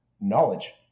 knowledge